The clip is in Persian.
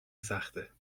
سخته